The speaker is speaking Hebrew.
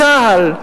צה"ל,